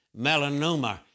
melanoma